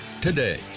today